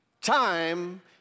time